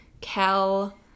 kel